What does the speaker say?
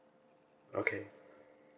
okay